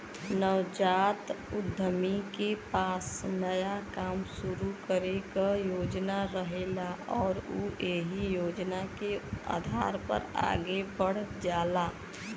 नवजात उद्यमी के पास नया काम शुरू करे क योजना रहेला आउर उ एहि योजना के आधार पर आगे बढ़ल जाला